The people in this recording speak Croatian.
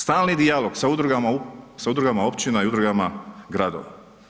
Stalni dijalog sa udrugama općina i udrugama gradova.